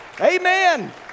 Amen